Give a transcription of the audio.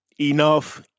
Enough